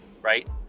right